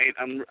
right